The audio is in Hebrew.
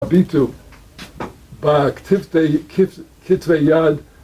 הביטו, בכתבי יד